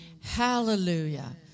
Hallelujah